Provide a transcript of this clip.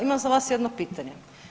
Imam za vas jedno pitanje.